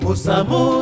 Musamu